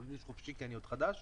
תרגיש חופשי כי אני עוד חדש.